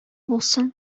булсын